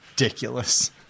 ridiculous